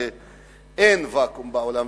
שאין ואקום בעולם,